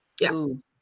yes